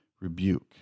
rebuke